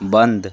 बंद